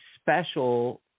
special